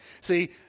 See